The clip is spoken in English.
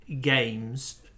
games